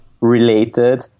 related